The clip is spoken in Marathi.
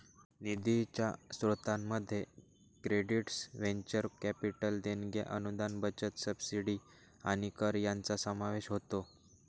निधीच्या स्त्रोतांमध्ये क्रेडिट्स व्हेंचर कॅपिटल देणग्या अनुदान बचत सबसिडी आणि कर यांचा समावेश होतो